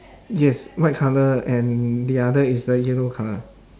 yes white colour and the other is the yellow colour